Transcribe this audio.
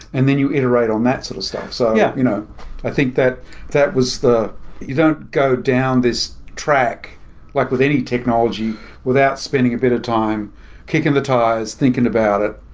and then you iterate on that so stuff. so yeah you know i think that that was the you don't go down this track like with any technology without spending a bit of time kicking the tires, thinking about it